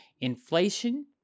inflation